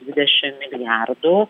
dvidešim milijardų